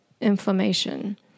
inflammation